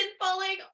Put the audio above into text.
falling